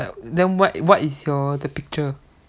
then what what is your the picture